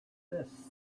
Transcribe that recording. this